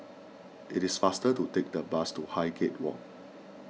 it is faster to take the bus to Highgate Walk